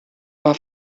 war